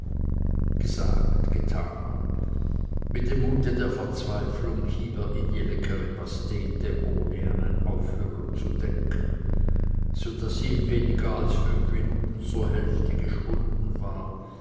gesagt getan mit dem mute der verzweiflung hieb er in die leckere pastete ohne an ein aufhören zu denken so daß sie in weniger als fünf minuten zur hälfte geschwunden war